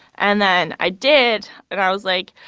and then i did. and i was like,